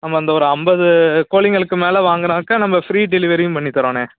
நம்ம அந்த ஒரு ஐம்பது கோழிங்களுக்கு மேலே வாங்குனாக்க நம்ம ஃப்ரீ டெலிவரியும் பண்ணி தர்றோண்ணே